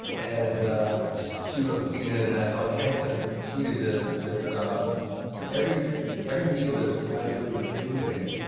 and she was on cnn. and i saw that hamilton tweeted this that for every so every meal that is provided through a food bank,